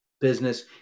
business